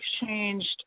exchanged